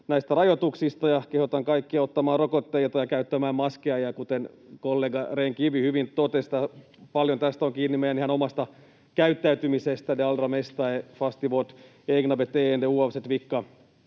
näistä rajoituksista, ja kehotan kaikkia ottamaan rokotteen ja käyttämään maskia. Kuten kollega Rehn-Kivi hyvin totesi, paljon tässä on kiinni ihan meidän omasta käyttäytymisestämme.